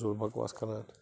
فضوٗل بکواس کَران